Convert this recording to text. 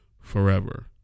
forever